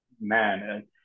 Man